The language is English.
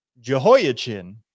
Jehoiachin